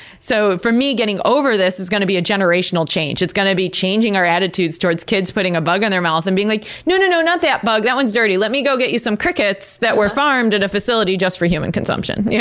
so getting over this is going be a generational change. it's going be changing our attitudes towards kids putting a bug in their mouth and being like, nonono, not that bug that one's dirty. let me go get you some crickets that were farmed at a facility just for human consumption. yeah